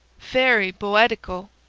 fery boedical!